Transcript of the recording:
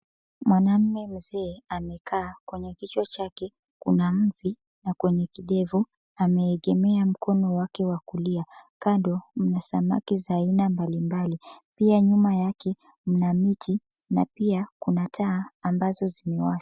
Mwanaume mzee amekaa, kwenye kichwa chake kuna mvi na kwenye kidevu ameegemea mkono wake wa kulia kando mna samaki za aina mbali mbali pia nyuma yake mna miti pia kuna taa ambazo zimewashwa.